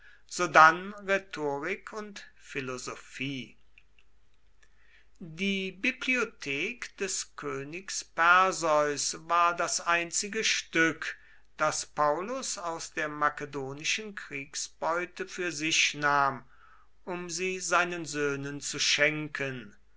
sodann rhetorik und philosophie die bibliothek des königs perseus war das einzige stück das paullus aus der makedonischen kriegsbeute für sich nahm um sie seinen söhnen zu schenken